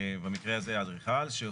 שהוא